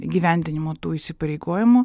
įgyvendinimo tų įsipareigojimų